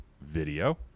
video